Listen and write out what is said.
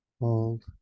hold